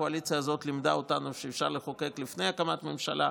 הקואליציה הזאת לימדה אותנו שאפשר לחוקק לפני הקמת ממשלה,